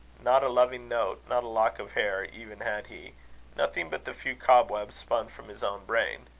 not a loving note, not a lock of hair even had he nothing but the few cobwebs spun from his own brain.